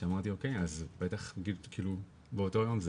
כן, באותו יום.